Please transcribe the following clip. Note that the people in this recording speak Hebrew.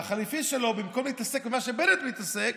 והחליפי שלו, במקום להתעסק במה שבנט מתעסק,